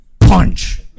punch